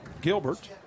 Gilbert